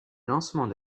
lancement